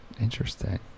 Interesting